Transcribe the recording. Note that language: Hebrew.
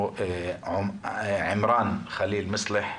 הוא עמראן ח'ליל מסלח,